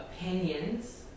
opinions